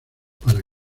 para